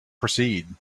proceed